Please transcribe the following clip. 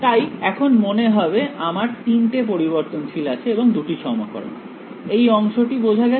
তাই এখন মনে হবে আমার তিনটি পরিবর্তনশীল আছে এবং দুটি সমীকরণ এই অংশটা বোঝা গেছে